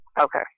Okay